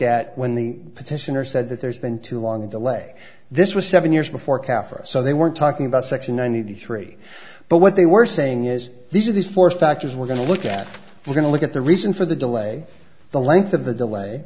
at when the petitioner said that there's been too long a delay this was seven years before kaffir so they weren't talking about section ninety three but what they were saying is these are these four factors we're going to look at we're going to look at the reason for the delay the length of the delay